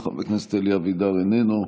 חבר הכנסת מנסור עבאס איננו,